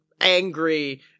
angry